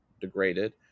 degraded